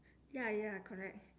ya ya correct